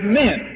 men